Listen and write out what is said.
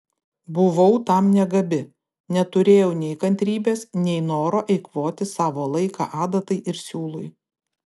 buvau tam negabi neturėjau nei kantrybės nei noro eikvoti savo laiką adatai ir siūlui